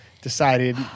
decided